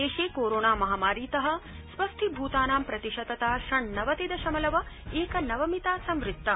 देशे कोरोना महामारीत स्वस्थीभूतानां प्रतिशतता षण्णवतिदशमलव एकनवमिता सम्वृत्ता